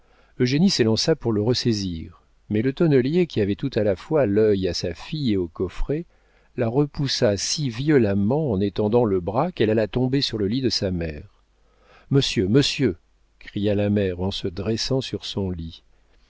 chaise eugénie s'élança pour le ressaisir mais le tonnelier qui avait tout à la fois l'œil à sa fille et au coffret la repoussa si violemment en étendant le bras qu'elle alla tomber sur le lit de sa mère monsieur monsieur cria la mère en se dressant sur son lit